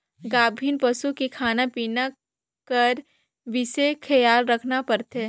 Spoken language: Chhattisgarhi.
गाभिन पसू के खाना पिना कर बिसेस खियाल रखना परथे